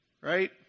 Right